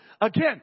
Again